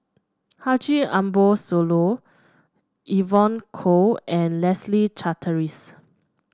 Haji Ambo Sooloh Evon Kow and Leslie Charteris